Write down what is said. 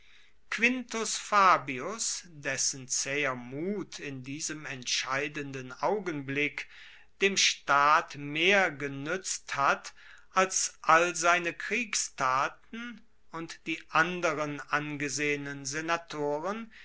quintus fabius dessen zaeher mut in diesem entscheidenden augenblick dem staat mehr genuetzt hat als all seine kriegstaten und die anderen angesehenen senatoren